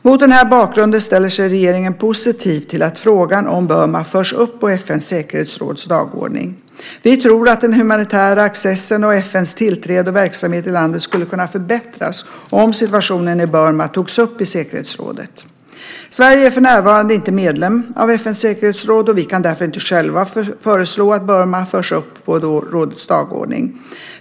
Mot denna bakgrund ställer sig regeringen positiv till att frågan om Burma förs upp på FN:s säkerhetsråds dagordning. Vi tror att den humanitära accessen och FN:s tillträde och verksamhet i landet skulle kunna förbättras om situationen i Burma togs upp i säkerhetsrådet. Sverige är för närvarande inte medlem av FN:s säkerhetsråd och vi kan därför inte själva föreslå att Burma förs upp på rådets dagordning.